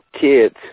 kids